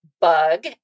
Bug